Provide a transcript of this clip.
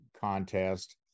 contest